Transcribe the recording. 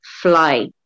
fly